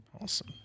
Awesome